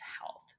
health